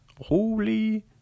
Holy